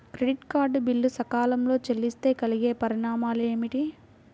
Credit card bill సకాలంలో చెల్లిస్తే కలిగే పరిణామాలేమిటి?